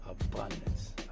Abundance